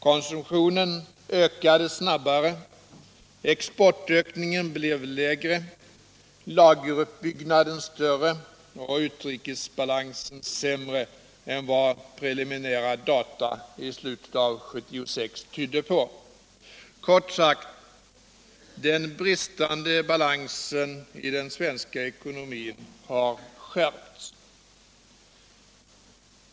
Konsumtionen ökade snabbare, exportökningen blev lägre, lageruppbyggnaden större och utrikesbalansen sämre än vad preliminära data i slutet av 1976 tydde på. Kort sagt: den bristande balansen i den svenska ekonomin har skärpts.